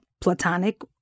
Platonic